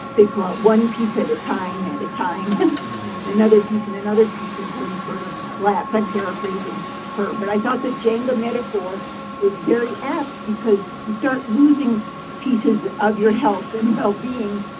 they pull out one piece at a time at a time another piece and another piece until you sort of collapse. i'm paraphrasing her. but i thought the jenga metaphor was very apt because you start losing pieces of your health and well-being,